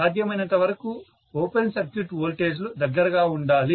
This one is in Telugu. సాధ్యమైనంతవరకు ఓపెన్ సర్క్యూట్ వోల్టేజ్ లు దగ్గరగా ఉండాలి